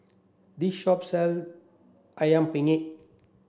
this shop sell Ayam Penyet